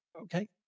okay